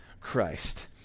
Christ